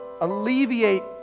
alleviate